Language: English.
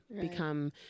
become